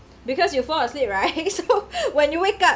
because you fall asleep right so when you wake up